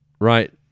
Right